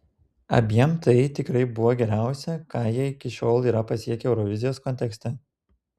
abiem tai tikrai buvo geriausia ką jie iki šiol yra pasiekę eurovizijos kontekste